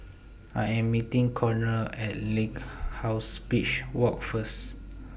I Am meeting Konner At Lighthouse Beach Walk First